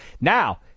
Now